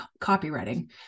copywriting